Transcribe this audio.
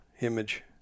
image